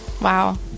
Wow